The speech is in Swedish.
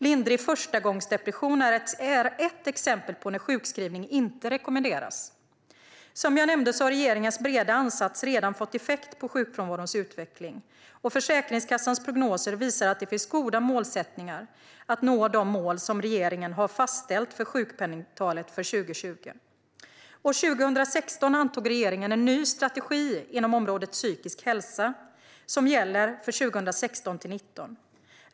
Lindrig förstagångsdepression är ett exempel på när sjukskrivning inte rekommenderas. Som jag nämnde har regeringens breda ansats redan fått effekt på sjukfrånvarons utveckling. Försäkringskassans prognoser visar att det finns goda förutsättningar att nå de mål som regeringen har fastställt för sjukpenningtalet för 2020. År 2016 antog regeringen en ny strategi inom området psykisk hälsa som gäller för 2016-2019.